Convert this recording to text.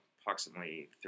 approximately